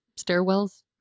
stairwells